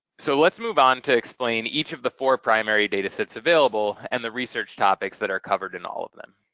so let's move on to explain each of the four primary data sets available and the research topics that are covered in all of them.